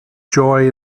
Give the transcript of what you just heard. joy